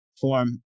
form